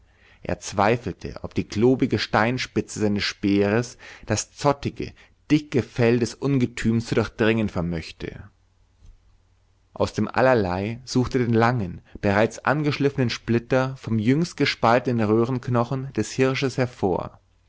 er zweifelte ob die klobige steinspitze seines speeres das zottige dicke fell des ungetüms zu durchdringen vermöchte aus dem allerlei suchte er den langen bereits angeschliffenen splitter vom jüngst gespaltenen röhrenknochen des hirsches hervor